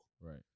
Right